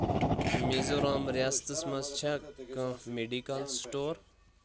میٖزورام ریاستس مَنٛز چھا کینٛہہ میڈکل سٹور